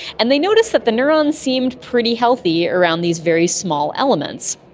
and they noticed that the neurons seemed pretty healthy around these very small elements.